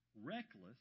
reckless